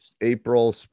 April